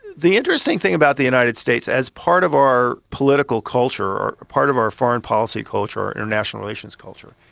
the interesting thing about the united states as part of our political culture or part of our foreign policy culture, international relations culture,